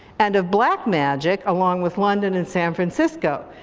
and of black magic, along with london and san francisco.